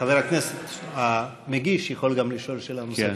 חבר הכנסת המגיש יכול גם לשאול שאלה נוספת.